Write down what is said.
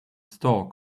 store